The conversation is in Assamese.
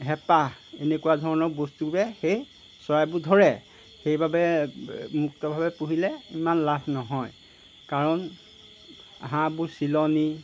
হেপাহ এনেকুৱা ধৰণৰ বস্তুবোৰে সেই চৰাইবোৰ ধৰে সেইবাবে মুক্তভাৱে পুহিলে ইমান লাভ নহয় কাৰণ হাঁহবোৰ চিলনী